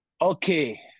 Okay